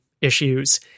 issues